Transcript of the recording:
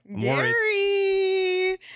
Gary